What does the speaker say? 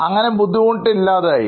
അങ്ങനെ ബുദ്ധിമുട്ട് ഇല്ലാതായി